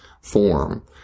form